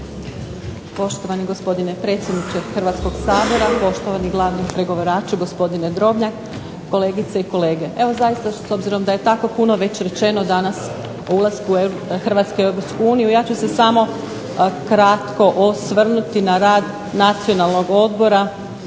Poštovani gospodine predsjedniče Hrvatskoga sabora, poštovani glavni pregovaraču gospodine Drobnjak, kolegice i kolege. Evo zaista obzirom da je tako puno već rečeno danas o ulasku Hrvatske u Europsku uniju ja ću se samo kratko osvrnuti na Izvješće o radu Nacionalnog odbora